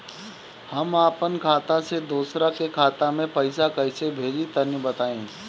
हम आपन खाता से दोसरा के खाता मे पईसा कइसे भेजि तनि बताईं?